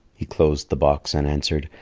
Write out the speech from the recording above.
he closed the box and answered,